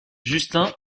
justin